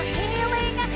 healing